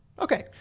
Okay